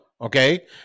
Okay